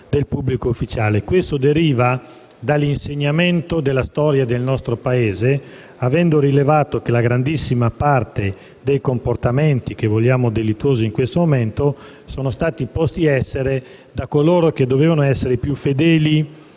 Questo deriva dall'insegnamento della storia del nostro Paese, avendo rilevato che la grandissima parte dei comportamenti che in questo momento vogliamo divengano delittuosi sono stati posti in essere da coloro che dovevano essere i più fedeli